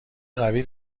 قوی